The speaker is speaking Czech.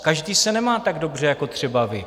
Každý se nemá tak dobře jako třeba vy.